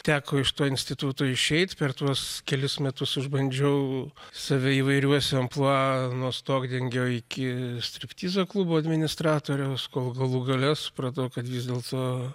teko iš to instituto išeit per tuos kelis metus išbandžiau save įvairiuose amplua nuo stogdengio iki striptizo klubo administratoriaus kol galų gale supratau kad vis dėlto